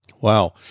Wow